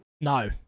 No